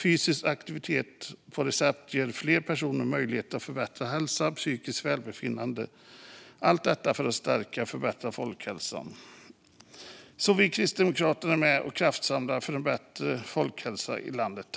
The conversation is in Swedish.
Fysisk aktivitet på recept ger fler personer möjlighet till förbättrad hälsa och psykiskt välbefinnande. Allt detta är för att stärka och förbättra folkhälsan. Vi kristdemokrater är med och kraftsamlar för att få en bättre folkhälsa i landet.